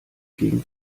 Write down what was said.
gegen